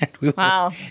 wow